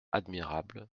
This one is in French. admirable